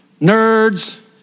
nerds